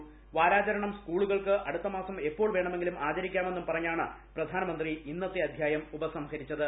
വിദ്രാചരണം സ്കൂളുകൾക്ക് അടുത്ത മാസം എപ്പോൾ വേണ്ട്രമെങ്കിലും ആചരിക്കാമെന്നും പറഞ്ഞാണ് പ്രധാനമന്ത്രി ഇന്നത്തെ അദ്ധ്യായം ഉപസംഹരിച്ചത്